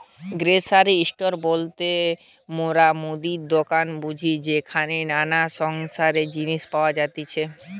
grocery store বলতে মোরা মুদির দোকান বুঝি যেখানে নানা সংসারের জিনিস পাওয়া যাতিছে